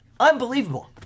Unbelievable